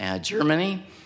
Germany